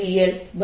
dS છે